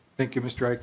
thank you. mr. like